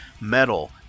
metal